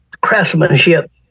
craftsmanship